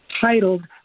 titled